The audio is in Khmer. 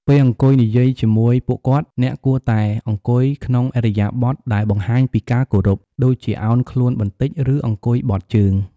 ពេលអង្គុយនិយាយជាមួយពួកគាត់ អ្នកគួរតែអង្គុយក្នុងឥរិយាបថដែលបង្ហាញពីការគោរព ដូចជាឱនខ្លួនបន្តិច ឬអង្គុយបត់ជើង។